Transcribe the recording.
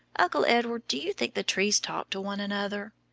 uncle edward, do you think the trees talk to one another?